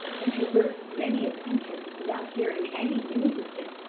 and traversed many a country without hearing any news of him,